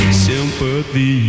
sympathy